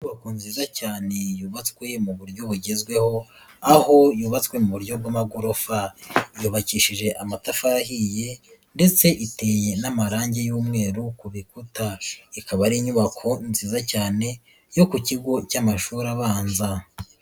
Inyubako nziza cyane yubatswe mu buryo bugezweho, aho yubatswe mu buryo bw'amagorofa, yubakishije amatafarihiye ndetse iteyeke n'amarangi y'umweru ku bikuta, ikaba ari inyubako nziza cyane yo ku kigo cy'amashuri abanza.